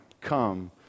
come